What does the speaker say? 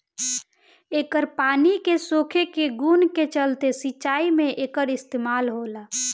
एकर पानी के सोखे के गुण के चलते सिंचाई में एकर इस्तमाल होला